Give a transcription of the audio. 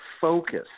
focus